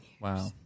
Wow